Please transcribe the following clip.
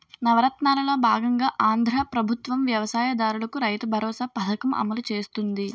నవరత్నాలలో బాగంగా ఆంధ్రా ప్రభుత్వం వ్యవసాయ దారులకు రైతుబరోసా పథకం అమలు చేస్తుంది